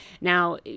Now